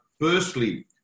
firstly